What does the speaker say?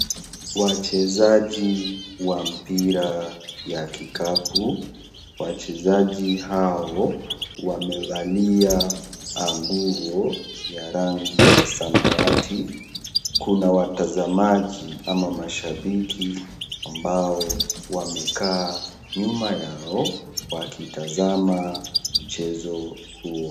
Wachezaji wa mpira wa kikapu. Wachezaji hawa wamevalia nguo za rangi ya samawati . Kuna watazamaji au mashabiki ambao wamekaa nyuma yao na wanatazama mchezo huo.